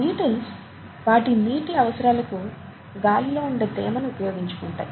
beetles వాటి నీటి అవసరాలకు గాలిలో ఉండే తేమను ఉపయోగించుకుంటాయి